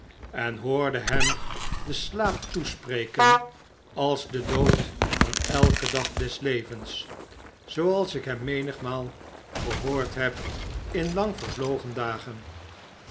en hoorde hem den slaap toespreken als de dood van elken dag des levens zooals ik hem menigmaal gehoord heb in lang vervlogen dagen